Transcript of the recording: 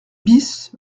bis